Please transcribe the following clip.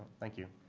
thank you.